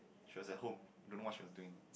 she was at home don't know what she was doing